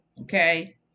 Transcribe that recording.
Okay